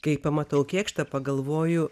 kai pamatau kėkštą pagalvoju